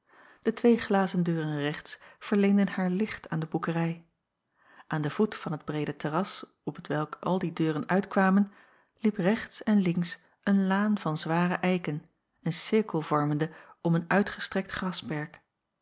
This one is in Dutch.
de twee glazen deuren rechts verleenden haar licht aan de boekerij aan den voet van het breede terras op t welk al die deuren uitkwamen liep rechts en links een laan van zware eiken een cirkel vormende om een uitgestrekt grasperk